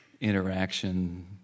interaction